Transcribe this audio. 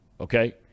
okay